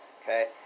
Okay